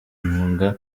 bimunga